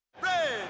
Red